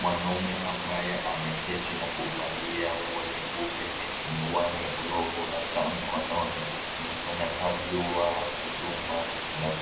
Mwanaume ambaye ameketi na kuvalia nguo nyeupe, miwani, glovu na saa mkononi ni mfanyakazi wa huduma za